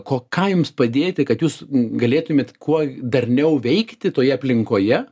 ko ką jums padėti kad jūs galėtumėt kuo darniau veikti toje aplinkoje